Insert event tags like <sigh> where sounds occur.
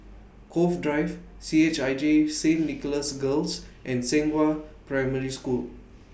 Cove Drive C H I J <noise> Saint Nicholas Girls and Zhenghua Primary School